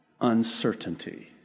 uncertainty